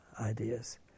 ideas